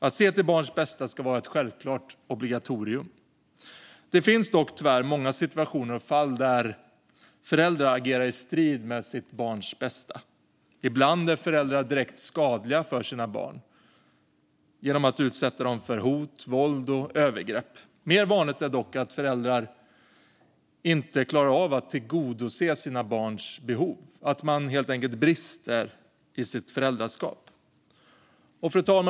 Att se till barns bästa ska vara ett självklart obligatorium. Det finns tyvärr många situationer och fall där föräldrar agerar i strid med sitt barns bästa. Ibland är föräldrar direkt skadliga för sina barn genom att utsätta dem för hot, våld och övergrepp. Mer vanligt är dock att föräldrar inte klarar av att tillgodose sina barns behov och helt enkelt brister i sitt föräldraskap.